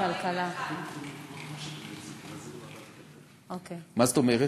41. אוקיי, מה זאת אומרת?